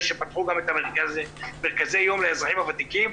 שפתחו גם את מרכזי היום לאזרחים הוותיקים.